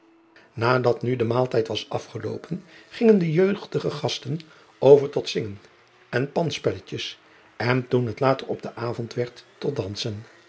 adat nu de maaltijd was afgeloopen gingen de jeugdige gasten over tot zingen en pandspelletjes en toen het later op den avond werd tot dansen